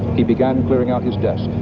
he began clearing out his desk,